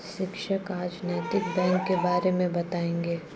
शिक्षक आज नैतिक बैंक के बारे मे बताएँगे